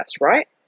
right